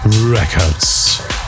Records